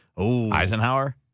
Eisenhower